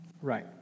Right